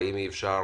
והאם אי אפשר